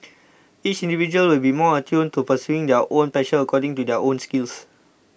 each individual will be more attuned to pursuing their own passions according to their own skills